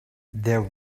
there